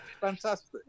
fantastic